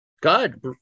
god